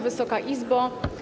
Wysoka Izbo!